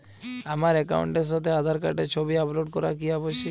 আমার অ্যাকাউন্টের সাথে আধার কার্ডের ছবি আপলোড করা কি আবশ্যিক?